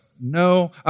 No